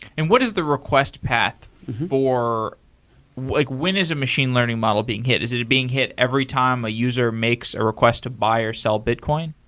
and what is the request path for like when is a machine learning model being hit? is it being hit every time a user makes a request to buy or sell bitcion?